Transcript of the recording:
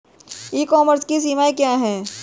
ई commerce की सीमाएं क्या हैं?